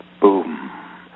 boom